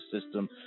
system